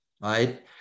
right